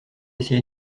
essayer